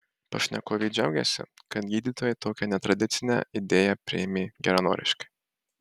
pašnekovė džiaugiasi kad gydytojai tokią netradicinę idėją priėmė geranoriškai